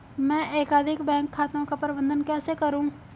मैं एकाधिक बैंक खातों का प्रबंधन कैसे करूँ?